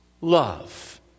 love